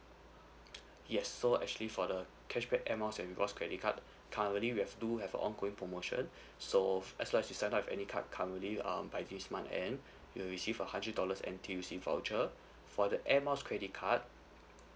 yes so actually for the cashback Air Miles and rewards credit card currently we have two have a ongoing promotion so as long as you sign up with any card currently um by this month end you will receive a hundred dollars N_T_U_C voucher for the Air Miles credit card